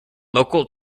local